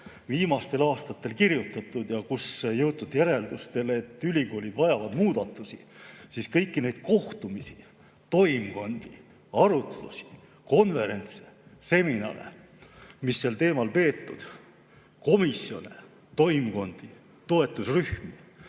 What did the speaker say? viimastel aastatel on kirjutatud ja milles on jõutud järeldusele, et ülikoolid vajavad muudatusi, ning kõiki neid kohtumisi, toimkondi, arutlusi, konverentse ja seminare, mis sel teemal on peetud, samuti komisjone, toimkondi ja toetusrühmi,